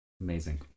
Amazing